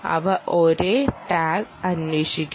അവ ഒരേ ടാഗ് അന്വേഷിക്കുന്നു